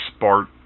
Spart